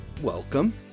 welcome